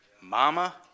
mama